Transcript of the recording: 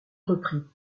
reprit